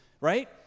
Right